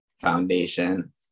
foundation